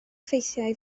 ffeithiau